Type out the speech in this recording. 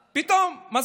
פתאום, הלך.